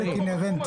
זה חלק אינהרנטי.